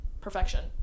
perfection